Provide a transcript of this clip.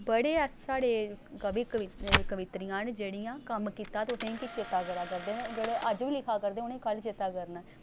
बड़े साढ़े कवि कवित्रियां न जेह्ड़ियां कम्म कीता तुसेंगी चेता करा करदे न जेह्ड़े अज्ज बी लिखा करदे उ'नेंगी कल चेता करना ऐ